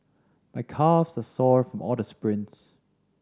my calves are sore from all the sprints